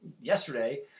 yesterday